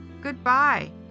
Goodbye